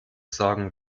sagen